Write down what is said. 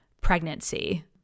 pregnancy